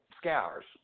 scours